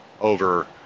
over